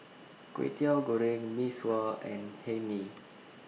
Kwetiau Goreng Mee Sua and Hae Mee